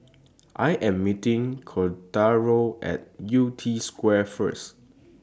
I Am meeting Cordaro At Yew Tee Square First